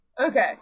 Okay